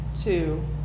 two